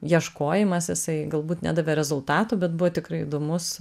ieškojimas jisai galbūt nedavė rezultatų bet buvo tikrai įdomus